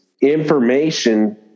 information